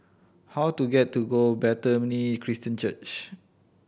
how do get to go Bethany Christian Church